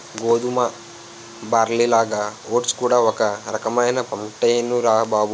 గోధుమ, బార్లీలాగా ఓట్స్ కూడా ఒక రకమైన పంటేనురా బాబూ